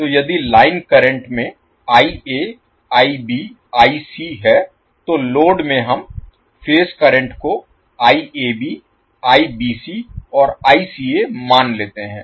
तो यदि line current में है तो लोड में हम फेज करंट को और मान लेते हैं